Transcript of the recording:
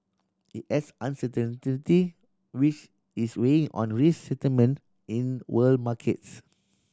it adds uncertainty which is weighing on risk sentiment in world markets